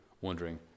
wondering